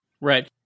Right